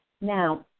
Now